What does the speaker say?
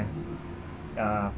uh